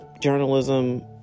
journalism